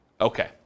Okay